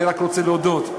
אני רק רוצה להודות.